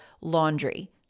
laundry